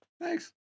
Thanks